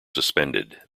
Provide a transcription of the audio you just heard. suspended